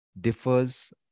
differs